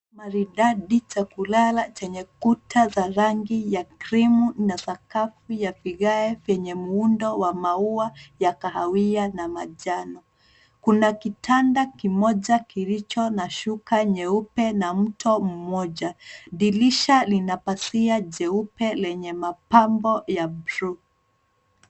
Maridadi cha kulala chenye kuta za rangi ya krimu na sakafu ya vigae vyenye muundo wa maua ya kahawia na manjano. Kuna kitanda kimoja kilicho na shuka nyeupe na mto mmoja. Dirisha lina pazia jeupe lenye mapambo ya bluu.